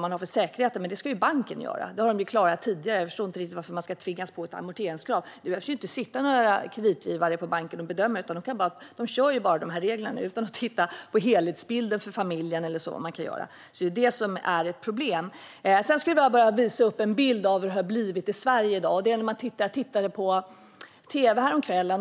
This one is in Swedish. de har för säkerheter när de tar lån. Det ska ju bankerna göra. Det har de klarat tidigare. Jag förstår inte varför man ska påtvingas ett amorteringskrav. Det verkar inte sitta några kreditgivare på bankerna och bedöma, utan de bara kör de här reglerna utan att titta på helhetsbilden för familjen eller sådant. Det är det som är ett problem. Jag skulle vilja måla upp en bild av hur det har blivit i Sverige i dag. Jag tittade på tv häromkvällen.